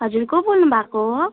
हजुर को बोल्नु भएको